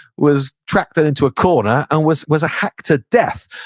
was tracked then into a corner, and was was hacked to death.